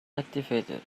activated